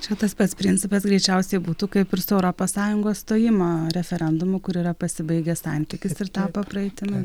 čia tas pats principas greičiausiai būtų kaip ir su europos sąjungos stojimo referendumu kur yra pasibaigęs santykis ir tapo praeitimi